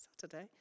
Saturday